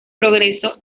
progreso